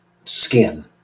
skin